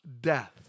death